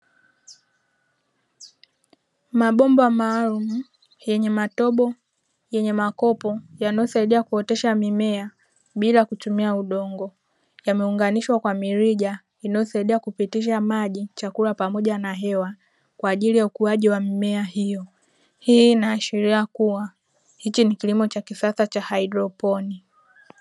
Mabomba maalumu yenye matobo, yenye makopo yanayosaidia kuotesha mimea bila kutumia udongo; yameunganishwa kwa mirija inayosaidia kupitisha maji, chakula pamoja na hewa kwa ajili ya ukuaji wa mimea hiyo. Hii inaashiria kuwa hiki ni kilimo cha kisasa cha haidroponi.